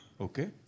Okay